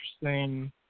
interesting